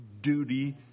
duty